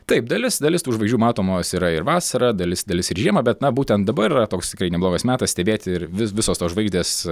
taip dalis dalis tų žvaigždžių matomos yra ir vasarą dalis dalis ir žiemą bet na būtent dabar yra toks tikrai neblogas metas stebėti ir vis visos tos žvaigždės